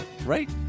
Right